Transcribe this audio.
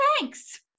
thanks